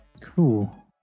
Cool